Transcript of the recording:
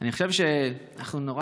מדינת